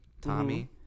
Tommy